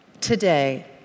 Today